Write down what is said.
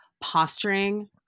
posturing